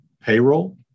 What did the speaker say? payroll